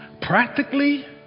practically